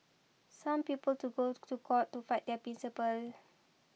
some people to go to court to fight their principles